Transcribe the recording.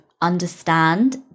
understand